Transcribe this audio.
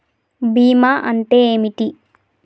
బీమా అంటే ఏమిటి?